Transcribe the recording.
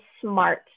smart